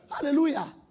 Hallelujah